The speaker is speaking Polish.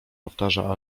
powtarza